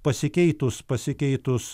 pasikeitus pasikeitus